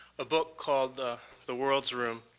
a book called the the world's room.